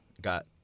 got